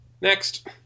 Next